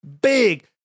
big